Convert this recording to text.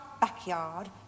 backyard